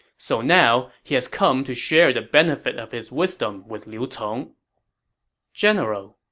so now, he has come to share the benefit of his wisdom with liu cong general,